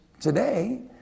Today